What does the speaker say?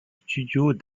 studios